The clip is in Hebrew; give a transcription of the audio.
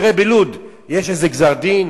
תראה, בלוד יש איזה גזר-דין?